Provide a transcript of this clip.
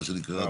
מה שנקרא,